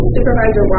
Supervisor